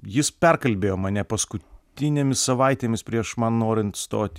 jis perkalbėjo mane paskutinėmis savaitėmis prieš man norint stot